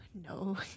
no